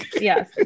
yes